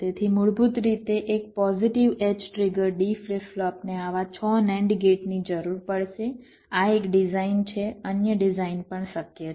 તેથી મૂળભૂત રીતે એક positive edge trigger D flip ફ્લોપને આવા 6 NAND ગેટની જરૂર પડશે આ એક ડિઝાઇન છે અન્ય ડિઝાઇન પણ શક્ય છે